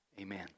Amen